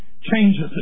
changes